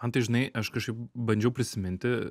man tai žinai aš kažkaip bandžiau prisiminti